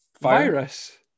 Virus